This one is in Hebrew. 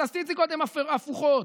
הסטטיסטיקות הן הפוכות.